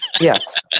Yes